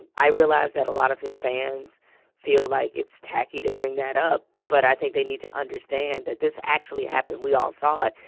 and i realize that a lot of his fans feel like it's tacky to bring that up, but i think they need to understand that this actually happened. we all saw it.